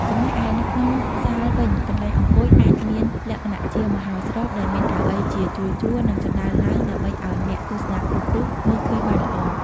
ចំណែកឯនៅក្នុងសាលវិញ កន្លែងអង្គុយអាចមានលក្ខណៈជាមហោស្រពដែលមានកៅអីជាជួរៗ និងជណ្តើរឡើងដើម្បីឱ្យអ្នកទស្សនាគ្រប់រូបមើលឃើញបានល្អ។